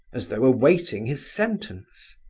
as though awaiting his sentence.